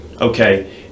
Okay